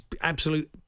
absolute